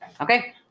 Okay